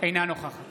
אינה נוכחת